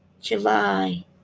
july